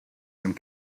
some